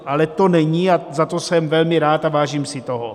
Ale to není, za to jsem velmi rád a vážím si toho.